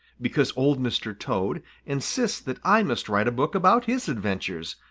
because old mr. toad insists that i must write a book about his adventures,